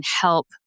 help